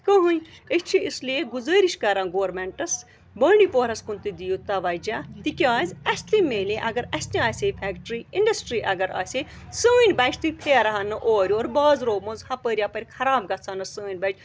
کٕہۭنۍ أسۍ چھِ اِسلیے گُزٲرِش کَران گورمٮ۪نٛٹس بانٛڈی پوراہَس کُن تہِ دِیِو تَوَجہ تِکیٛازِ اَسہِ تہِ مِلے اگر اَسہِ تہِ آسہِ ہے فٮ۪کٹرٛی اِنٛڈسٹرٛی اگر آسہِ ہے سٲنۍ بچہِ تہِ پھیرٕہان نہٕ اورٕ یور بازرو منٛز ہُپٲرۍ یَپٲرۍ خراب گژھٕ ہَن سٲنۍ بچہِ